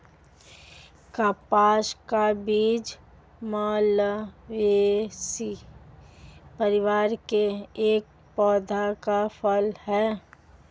कपास का बीज मालवेसी परिवार के एक पौधे का फल है